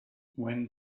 when